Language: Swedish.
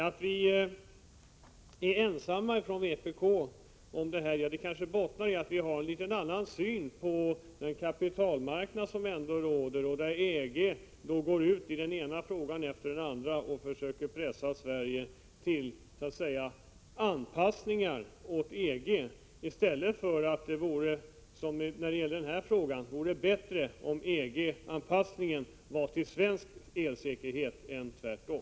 Att vi är ensamma ifrån vpk om detta kanske bottnar i att vi har en litet annan syn på den kapitalmarknad som ändå råder. EG går ut i den ena frågan efter den andra och försöker pressa Sverige till anpassning. Det vore bättre om EG när det gäller denna fråga anpassade sig till svensk elsäkerhet i stället för tvärtom.